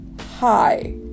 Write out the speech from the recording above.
hi